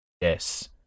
Yes